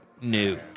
new